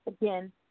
again